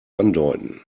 andeuten